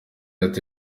ati